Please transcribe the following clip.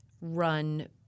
run